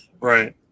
Right